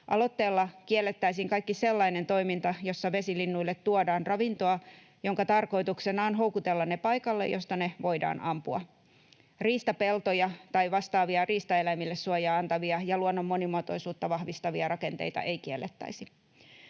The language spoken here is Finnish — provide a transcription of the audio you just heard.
Aloitteella kiellettäisiin kaikki sellainen toiminta, jossa vesilinnuille tuodaan ravintoa, jonka tarkoituksena on houkutella ne paikalle, josta ne voidaan ampua. Riistapeltoja tai vastaavia riistaeläimille suojaa antavia ja luonnon monimuotoisuutta vahvistavia rakenteita ei kiellettäisi.